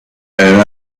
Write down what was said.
and